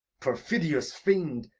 perfidious fiend!